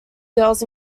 girls